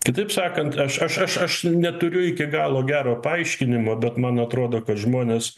kitaip sakant aš aš aš aš neturiu iki galo gero paaiškinimo bet man atrodo kad žmonės